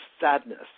sadness